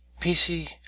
PC